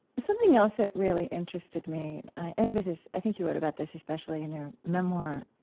something else that really interested me, i think this is i think you wrote about this especially in your memoir.